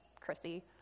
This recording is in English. Chrissy